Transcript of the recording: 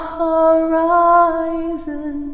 horizon